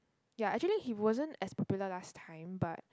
ya actually he wasn't as popular last time but